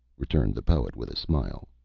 returned the poet, with a smile.